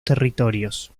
territorios